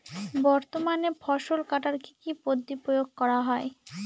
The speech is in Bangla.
বর্তমানে ফসল কাটার কি কি পদ্ধতি প্রয়োগ করা হয়?